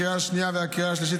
לקריאה השנייה ולקריאה השלישית,